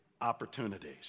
opportunities